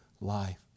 life